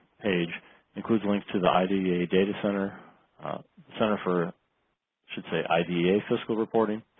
page includes links to the idea data center center for should say idea fiscal reporting